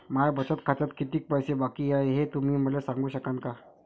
माया बचत खात्यात कितीक पैसे बाकी हाय, हे तुम्ही मले सांगू सकानं का?